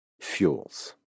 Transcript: fuels